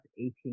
18